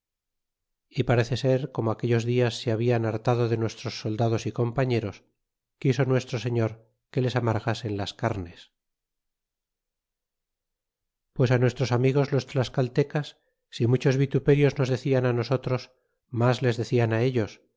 y parece ser como aquellos dias se hablan hartado de nuestros soldados y compa fieros quiso nuestro señor que les amargasen las carnes pues nuestros amigos los tlascaltecas si muchos vituperios nos decian á nosotros mas les decian á ellos